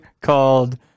called